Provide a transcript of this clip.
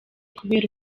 kubera